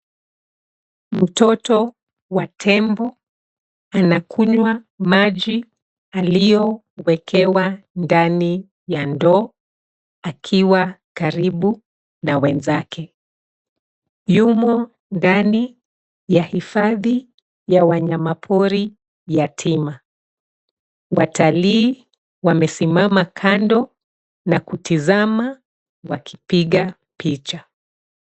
Mtoto wa tembo anakunywa maji aliyowekewa ndani ya ndoo akiwa karibu na wenzake. Yumo ndani ya hifadhi ya wanyamapori yatima. Watalii wamesimama kando na kutizama wakipiga picha.